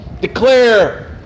declare